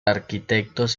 arquitectos